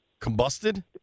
combusted